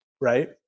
right